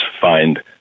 find